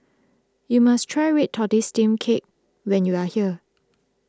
you must try Red Tortoise Steamed Cake when you are here